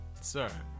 Sir